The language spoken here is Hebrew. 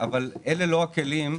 אבל אלה לא הכלים,